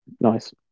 Nice